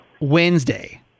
Wednesday